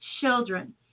Children